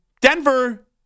Denver